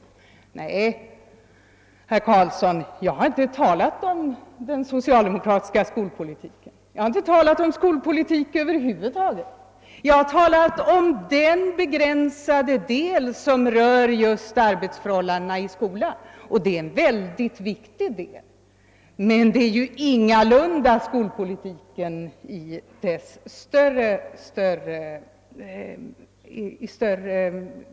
Nej, herr Carlsson, jag har inte talat om den socialdemokratiska skolpolitiken. Jag har inte talat om skolpolitik över huvud taget. Jag har talat om den begränsade del som rör just arbetsförhållandena i skolan, och det är en ytterst viktig del. Men det är ingalunda skolpolitiken i vidare bemärkelse.